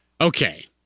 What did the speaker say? Okay